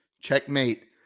Checkmate